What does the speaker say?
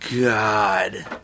God